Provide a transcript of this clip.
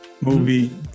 movie